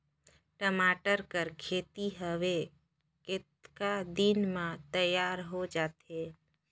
टमाटर कर खेती हवे कतका दिन म तियार हो जाथे?